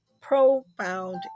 profound